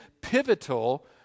pivotal